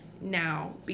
now